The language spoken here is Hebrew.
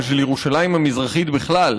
ושל ירושלים המזרחית בכלל,